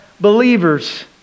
believers